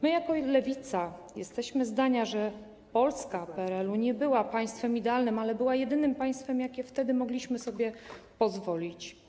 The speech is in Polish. My jako Lewica jesteśmy zdania, że PRL nie był państwem idealnym, ale był jedynym państwem, na jakie wtedy mogliśmy sobie pozwolić.